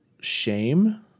shame